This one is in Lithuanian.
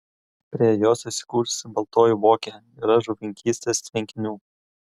prie jos įsikūrusi baltoji vokė yra žuvininkystės tvenkinių